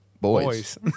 Boys